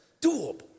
Doable